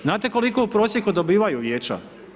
Znate koliko u prosijeku dobivaju vijeća?